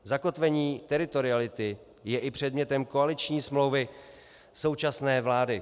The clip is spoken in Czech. Zakotvením teritoriality je i předmětem koaliční smlouvy současné vlády.